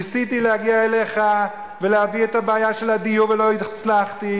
ניסיתי להגיע אליך ולהביא את הבעיה של הדיור ולא הצלחתי.